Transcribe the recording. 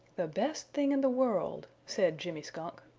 the best thing in the world, said jimmy skunk.